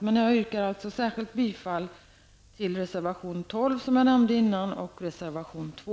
Men jag nöjer mig alltså med att yrka bifall till reservationerna 12 och 2.